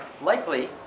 likely